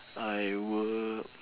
I would